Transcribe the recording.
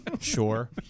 sure